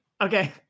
Okay